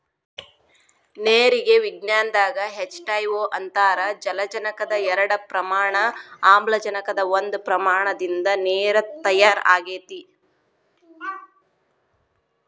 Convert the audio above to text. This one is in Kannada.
ನೇರಿಗೆ ವಿಜ್ಞಾನದಾಗ ಎಚ್ ಟಯ ಓ ಅಂತಾರ ಜಲಜನಕದ ಎರಡ ಪ್ರಮಾಣ ಆಮ್ಲಜನಕದ ಒಂದ ಪ್ರಮಾಣದಿಂದ ನೇರ ತಯಾರ ಆಗೆತಿ